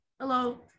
Hello